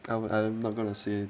I'm not gonna say